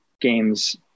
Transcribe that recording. games